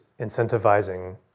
incentivizing